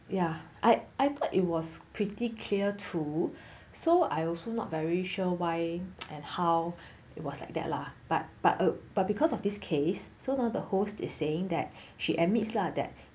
ya I I thought it was pretty clear too so I also not very sure why and how it was like that lah but but uh but because of this case so now the host is saying that she admits lah that